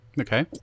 Okay